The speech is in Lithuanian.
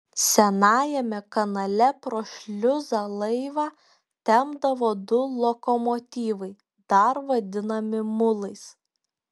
senajame kanale pro šliuzą laivą tempdavo du lokomotyvai dar vadinami mulais